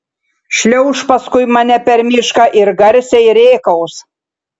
šliauš paskui mane per mišką ir garsiai rėkaus